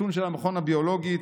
חיסון של המכון הביולוגי,